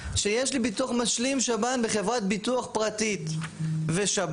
שיש לי ביטוח משלים שב"ן בחברת ביטוח פרטית ושב"ן,